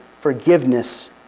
forgiveness